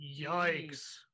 Yikes